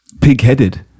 pigheaded